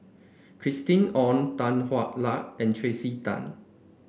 Christina Ong Tan Hwa Luck and Tracey Tan